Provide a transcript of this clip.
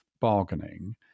bargaining